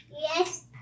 Yes